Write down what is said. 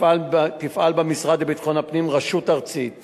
תפעל במשרד לביטחון הפנים רשות ארצית